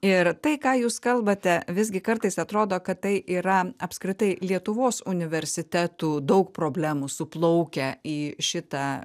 ir tai ką jūs kalbate visgi kartais atrodo kad tai yra apskritai lietuvos universitetų daug problemų suplaukę į šitą